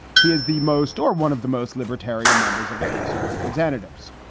he is the most or one of the most libertarian members of the house of representatives.